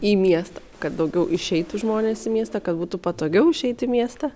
į miestą kad daugiau išeitų žmonės į miestą kad būtų patogiau išeiti į miestą